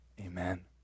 amen